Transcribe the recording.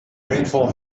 rainfall